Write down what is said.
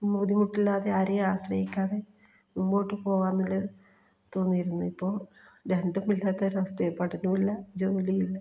ബുദ്ധിമുട്ടില്ലാതെ ആരെയും ആശ്രയിക്കാതെ മുമ്പോട്ട് പോകാമെന്നുള്ള തോന്നിയിരുന്നു ഇപ്പോൾ രണ്ടും ഇല്ലാത്തൊരവസ്ഥയായി പഠനവുമില്ല ജോലിയും ഇല്ല